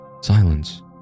Silence